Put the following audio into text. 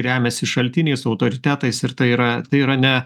remiasi šaltiniais autoritetais ir tai yra tai yra ne